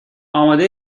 آماده